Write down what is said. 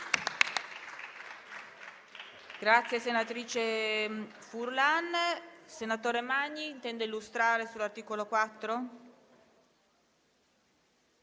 Grazie,